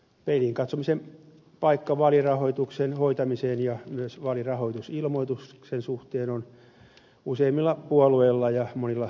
peiliin katsomisen paikka vaalirahoituksen hoitamisen ja vaalirahoitusilmoituksen suhteen on useimmilla puolueilla ja monilla kansanedustajilla